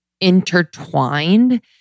intertwined